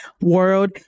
World